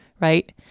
right